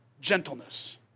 Gentleness